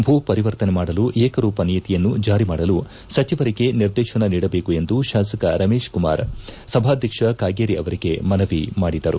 ಭೂ ಪರಿವರ್ತನೆ ಮಾಡಲು ಏಕರೂಪ ನೀತಿಯನ್ನು ಜಾರಿ ಮಾಡಲು ಸಚಿವರಿಗೆ ನಿರ್ದೇಶನ ನೀಡಬೇಕೆಂದು ತಾಸಕ ರಮೇಶ್ ಕುಮಾರ್ ಸಭಾಧ್ಯಕ್ಷ ಕಾಗೇರಿ ಅವರಿಗೆ ಮನವಿ ಮಾಡಿದರು